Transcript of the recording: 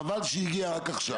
חבל שהיא הגיעה רק עכשיו.